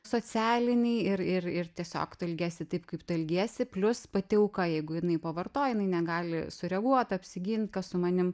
socialiniai ir ir ir tiesiog tu elgiesi taip kaip tu elgiesi plius pati auka jeigu jinai pavartoja jinai negali sureaguot apsigint kas su manim